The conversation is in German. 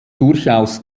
durchaus